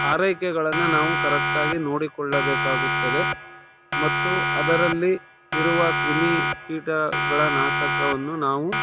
ಆರೈಕೆಗಳನ್ನು ನಾವು ಕರೆಕ್ಟಾಗಿ ನೋಡಿಕೊಳ್ಳಬೇಕಾಗುತ್ತದೆ ಮತ್ತು ಅದರಲ್ಲಿ ಇರುವ ಕ್ರಿಮಿ ಕೀಟಗಳ ನಾಶಕವನ್ನು ನಾವು